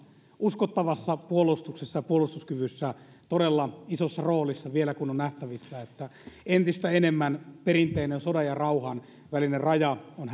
uskottavassa puolustuksessa ja puolustuskyvyssä todella isossa roolissa vielä kun on nähtävissä että entistä enemmän perinteinen sodan ja rauhan välinen raja on